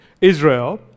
Israel